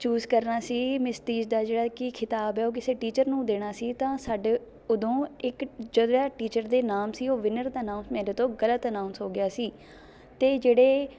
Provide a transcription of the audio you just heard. ਚੂਸ ਕਰਨਾ ਸੀ ਮਿਸ ਤੀਜ ਦਾ ਜਿਹੜਾ ਕਿ ਖਿਤਾਬ ਹੈ ਉਹ ਕਿਸੇ ਟੀਚਰ ਨੂੰ ਦੇਣਾ ਸੀ ਤਾਂ ਸਾਡੇ ਉਦੋਂ ਇੱਕ ਜਿਹੜੇ ਟੀਚਰ ਦਾ ਨਾਮ ਸੀ ਉਹ ਵਿਨਰ ਦਾ ਨਾਮ ਮੇਰੇ ਤੋਂ ਗ਼ਲਤ ਅਨਾਊਂਸ ਹੋ ਗਿਆ ਸੀ ਅਤੇ ਜਿਹੜੇ